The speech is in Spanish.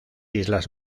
islas